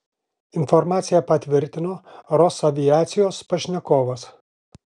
informaciją patvirtino rosaviacijos pašnekovas